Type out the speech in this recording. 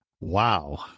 wow